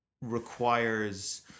requires